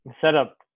setup